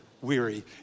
weary